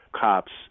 cops